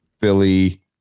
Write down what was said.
Philly